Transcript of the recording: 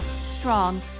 strong